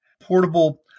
portable